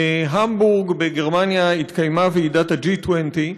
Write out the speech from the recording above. בהמבורג בגרמניה התקיימה ועידת ה-G-20,